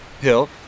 hill